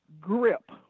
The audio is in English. grip